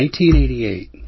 1988